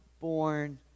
born